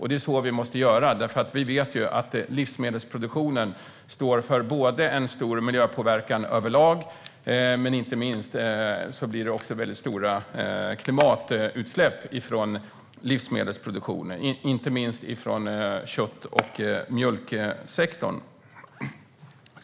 Det måste vi göra, för vi vet att livsmedelsproduktionen står för både en stor miljöpåverkan överlag och stora klimatutsläpp, inte minst från kött och mjölksektorn.